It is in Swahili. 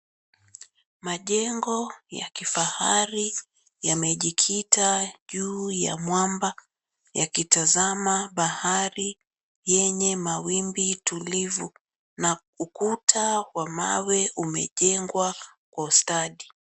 Majengo ya kifahari yamejikita juu ya mwamba yakitazama bahari yenye mawimbi tulivu na ukuta wa mawe umejengwa kwa ustadi.